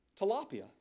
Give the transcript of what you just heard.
Tilapia